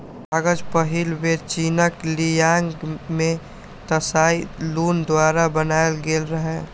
कागज पहिल बेर चीनक ली यांग मे त्साई लुन द्वारा बनाएल गेल रहै